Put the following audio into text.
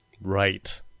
right